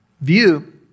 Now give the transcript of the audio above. view